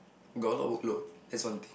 got a lot of workload that's one thing